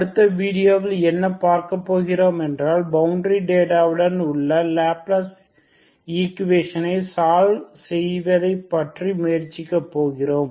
அடுத்த வீடியோவில் என்ன பார்க்க போகிறோம் என்றால் பவுண்டரி டேட்டாவுடன் உள்ள லேப்லஸ் ஈக்குவெஷனை சால்வ் செய்வதைப்பற்றி முயற்சிக்க போகிறோம்